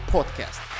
Podcast